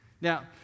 Now